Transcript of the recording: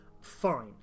Fine